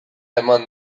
eman